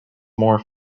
more